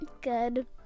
Good